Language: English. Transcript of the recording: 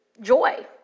joy